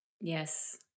Yes